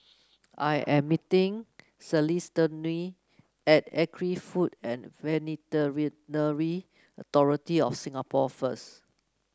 I am meeting Celestino at Agri Food and Veterinary Authority of Singapore first